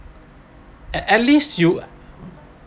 at at least you